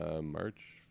March